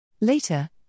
Later